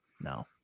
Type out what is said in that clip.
No